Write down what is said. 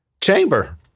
chamber